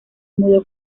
mudó